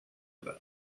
event